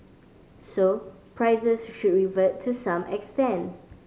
so prices should revert to some extent